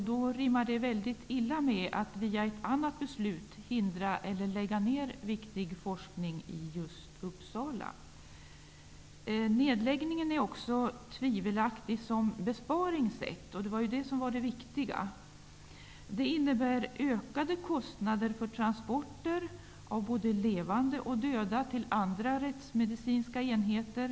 Då rimmar det väldigt illa att med ett annat beslut hindra eller lägga ner viktig forskning just i Uppsala. Nedläggningen är också tvivelaktig som besparingssätt, och det var det viktiga. Nedläggningen medför ökade kostnader för transporter av både levande och döda till andra rättsmedicinska enheter.